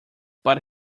but